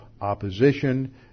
opposition